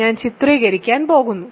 ഞാൻ ചിത്രീകരിക്കാൻ പോകുന്നു